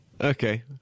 Okay